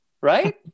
right